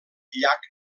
llac